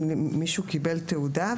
אם מישהו קיבל תעודה,